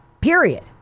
Period